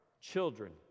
children